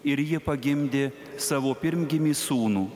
ir ji pagimdė savo pirmgimį sūnų